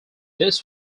this